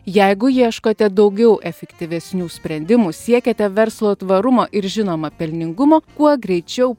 jeigu ieškote daugiau efektyvesnių sprendimų siekiate verslo tvarumo ir žinoma pelningumo kuo greičiau